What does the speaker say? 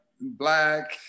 black